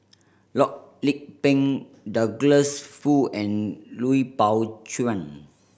Loh Lik Peng Douglas Foo and Lui Pao Chuen